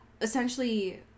essentially